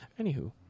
anywho